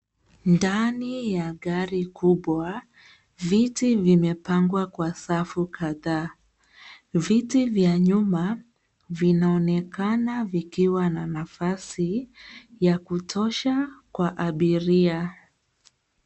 Ndani ya gari kubwa. Viti vimepangwa kwa safu kadhaa. Viti vya nyuma vinaonekana vikiwa na nafasi ya kutosha kwa abiria.